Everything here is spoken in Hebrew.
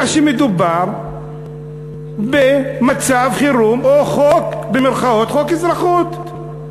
שמדובר במצב חירום או במירכאות "חוק אזרחות".